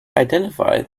identify